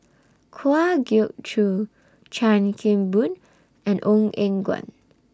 Kwa Geok Choo Chan Kim Boon and Ong Eng Guan